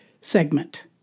segment